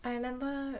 I remember